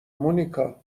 مونیکا